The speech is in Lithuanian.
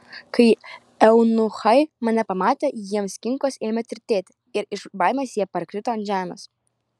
kai eunuchai mane pamatė jiems kinkos ėmė tirtėti ir iš baimės jie parkrito ant žemės